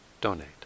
donate